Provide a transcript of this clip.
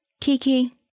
Kiki